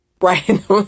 right